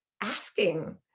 asking